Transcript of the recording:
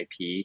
IP